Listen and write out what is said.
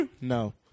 No